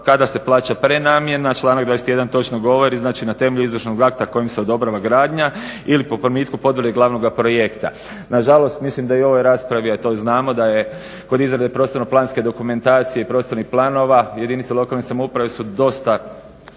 kada se plaća prenamjena. Članak 21. točno govori, znači na temelju izvršnog akta kojim se odobrava gradnja ili po primitku potvrde glavnoga projekta. Na žalost mislim da i u ovoj raspravi, a to i znamo da je kod izrade prostorno-planske dokumentacije i prostornih planova jedinice lokalne samouprave su dosta